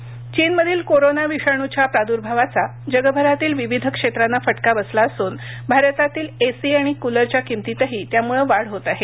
ए C किंमती चीनमधील corona विषाणूच्या प्रादूर्भावाचा जगभरातील विविध क्षेत्रांना फटका बसला असून भारतातील ए सी आणि कुलरच्या किंमतीतही त्यामुळं वाढ होत आहे